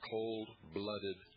cold-blooded